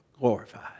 glorified